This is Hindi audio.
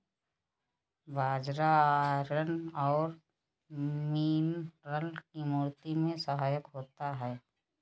बाजरा आयरन और मिनरल की पूर्ति में सहायक होता है